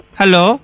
Hello